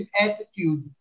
attitude